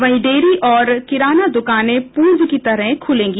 वहीं डेयरी और किराना दुकानें पूर्व की तरह खुली रहेंगी